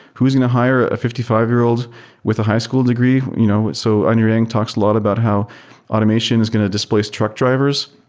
who is going to hire a fifty five year old with a high school degree? you know so andrew yang talks a lot about how automation is going to displace truck drivers.